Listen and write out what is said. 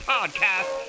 Podcast